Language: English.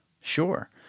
Sure